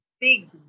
big